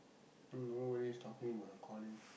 nobody's talking about the calling